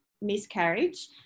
miscarriage